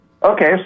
Okay